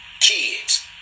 Kids